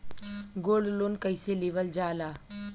Gold loan कईसे लेवल जा ला?